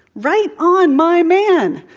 right on, my man.